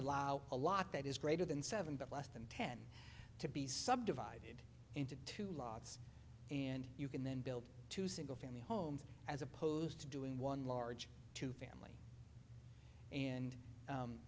allow a lot that is greater than seven but less than ten to be subdivided into two lots and you can then build two single family homes as opposed to doing one large to family and